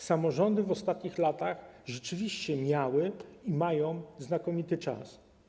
Samorządy w ostatnich latach rzeczywiście miały i mają znakomity czas.